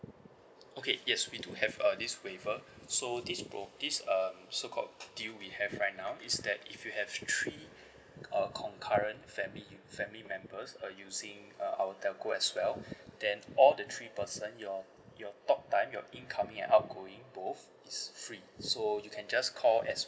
okay yes we do have uh this waiver so this pro~ uh this um so called deal we have right now is that if you have three uh concurrent family you family members uh using uh our telco as well then all the three person your your talk time your incoming and outgoing both is free so you can just call as